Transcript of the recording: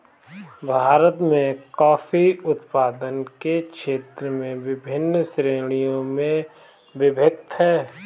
भारत में कॉफी उत्पादन के क्षेत्र विभिन्न श्रेणियों में विभक्त हैं